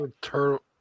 turtle